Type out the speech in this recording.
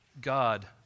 God